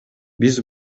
биз